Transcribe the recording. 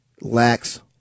lacks